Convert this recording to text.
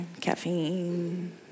caffeine